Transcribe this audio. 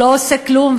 הוא לא עושה כלום.